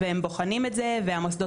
הזה.